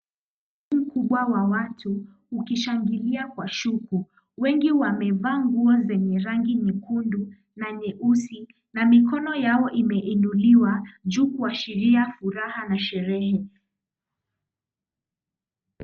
Umati mkubwa wa watu ukishangilia kwa shuku. Wengi wamevaa nguo zenye rangi nyekundu na nyeusi na mikono yao imeinuliwa juu kuashiria uraha na starehe.